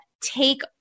take